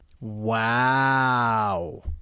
Wow